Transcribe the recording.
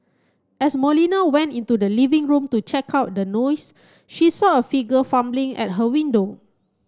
as Molina went into the living room to check out the noise she saw a figure fumbling at her window